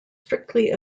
strictly